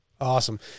Awesome